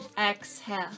Exhale